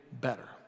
better